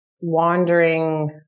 wandering